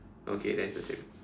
okay then it's the same